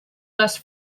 les